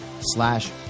slash